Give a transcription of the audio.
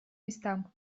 местам